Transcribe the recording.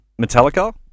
Metallica